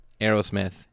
Aerosmith